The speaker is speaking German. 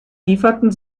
lieferten